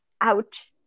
ouch